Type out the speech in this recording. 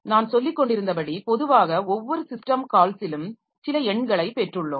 நான் சொல்லிக்கொண்டிருந்தபடி பொதுவாக ஒவ்வொரு சிஸ்டம் கால்ஸிலும் சில எண்களை பெற்றுள்ளோம்